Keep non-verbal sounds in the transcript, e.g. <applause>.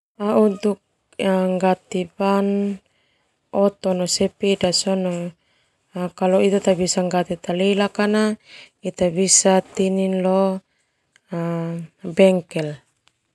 Untuk nggati ban oto no sepeda sona <unintelligible> ita bisa tinin lo bengkel.